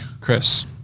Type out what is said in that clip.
Chris